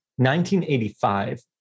1985